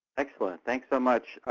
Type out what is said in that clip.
excellent. thanks so much.